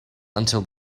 until